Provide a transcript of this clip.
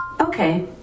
Okay